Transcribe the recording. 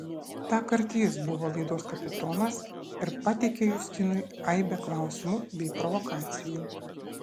tąkart jis buvo laidos kapitonas ir pateikė justinui aibę klausimų bei provokacijų